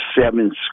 seven